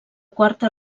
quarta